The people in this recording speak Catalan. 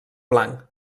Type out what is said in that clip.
blanc